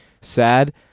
sad